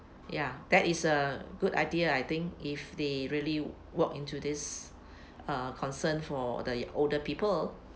ya that is a good idea I think if they really work into this uh concern for the older people